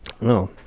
No